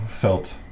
felt